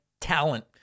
talent